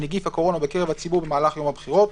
בנגיף הקורונה בקרב הציבור במהלך הבחירות,